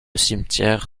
cimetière